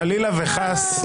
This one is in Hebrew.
חלילה וחס.